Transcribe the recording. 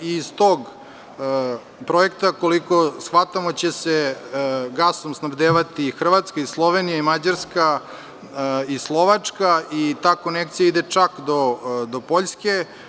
Iz tog projekta, koliko shvatamo, gasom će se snabdevati Hrvatska, Slovenija, Mađarska, Slovačka i ta konekcija ide čak do Poljske.